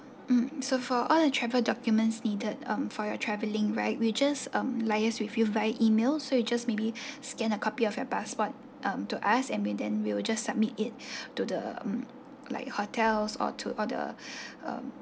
mm so for all the travel documents needed um for your travelling right we'll just um liaise with you via email so you just maybe scan a copy of your passport um to us and we then we will just submit it to the mm like hotels or to all the mm